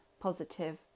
positive